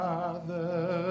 Father